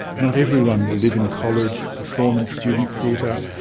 not everyone will live in college, perform in student theatre,